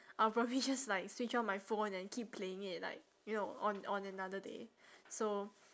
I'll probably just like switch on my phone and keep playing it like you know on on another day so